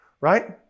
right